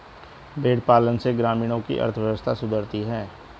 भेंड़ पालन से ग्रामीणों की अर्थव्यवस्था सुधरती है